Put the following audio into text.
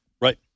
right